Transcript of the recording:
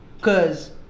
Cause